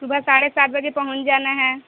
صبح ساڑھے سات بجے پہنچ جانا ہے